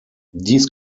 dies